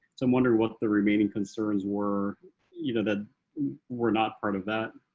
so i'm wondering what the remaining concerns were you know that we're not front of that.